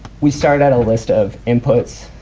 we start out a list of inputs